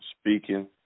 speaking